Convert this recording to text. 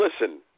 Listen